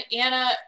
Anna